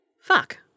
fuck